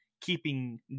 keeping